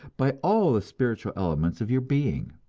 by all the spiritual elements of your being.